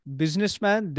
businessman